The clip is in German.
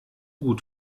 gut